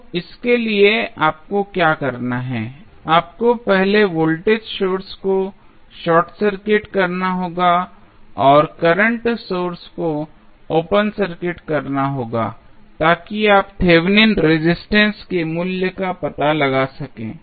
तो इसके लिए आपको क्या करना है आपको पहले वोल्टेज सोर्स को शॉर्ट सर्किट करना होगा और करंट सोर्स को ओपन सर्किट करना होगा ताकि आप थेवेनिन रेजिस्टेंस के मूल्य का पता लगा सकें